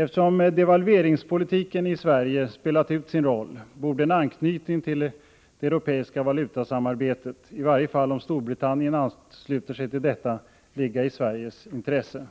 Eftersom devalveringspolitiken i Sverige spelat ut sin roll, borde en anknytning till det europeiska valutasamarbetet — i varje fall om Storbritannien ansluter sig till detta — ligga i Sveriges intresse.